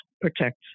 protect